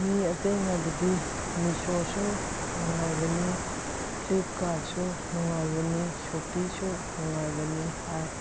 ꯃꯤ ꯑꯇꯩꯅꯕꯨꯗꯤ ꯃꯤꯁꯣꯁꯨ ꯅꯨꯡꯉꯥꯏꯕꯅꯤ ꯐ꯭ꯂꯤꯞꯀꯥꯔꯗꯁꯨ ꯅꯨꯡꯉꯥꯏꯕꯅꯤ ꯁꯣꯄꯤꯁꯨ ꯅꯨꯡꯉꯥꯏꯕꯅꯤ ꯍꯥꯏ